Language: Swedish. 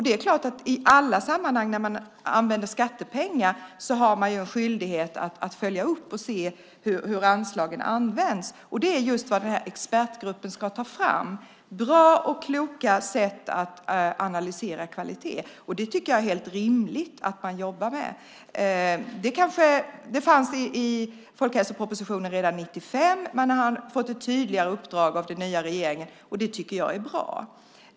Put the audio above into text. Det är klart att man i alla sammanhang när man använder skattepengar har en skyldighet att följa upp och se hur anslagen används. Det är just vad den här expertgruppen ska ta fram: bra och kloka sätt att analysera kvalitet. Det tycker jag att det är helt rimligt att man jobbar med. Det fanns i folkhälsopropositionen redan 1995. Man har fått ett tydligare uppdrag av den nya regeringen, och det tycker jag är bra.